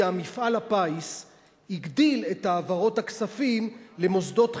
מפעל הפיס הגדיל את העברות הכספים למוסדות חינוך,